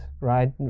right